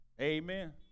Amen